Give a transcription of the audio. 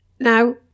now